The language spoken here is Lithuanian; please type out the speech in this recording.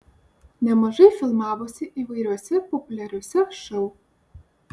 nemažai filmavosi įvairiuose populiariuose šou